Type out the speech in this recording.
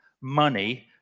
Money